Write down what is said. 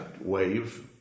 wave